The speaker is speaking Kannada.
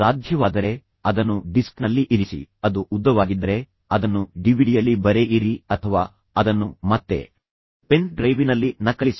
ಸಾಧ್ಯವಾದರೆ ಅದನ್ನು ಡಿಸ್ಕ್ನಲ್ಲಿ ಇರಿಸಿ ಅದು ಉದ್ದವಾಗಿದ್ದರೆ ಅದನ್ನು ಡಿವಿಡಿಯಲ್ಲಿ ಬರೆಯಿರಿ ಅಥವಾ ಅದನ್ನು ಮತ್ತೆ ಪೆನ್ ಡ್ರೈವಿನಲ್ಲಿ ನಕಲಿಸಿ